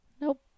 Nope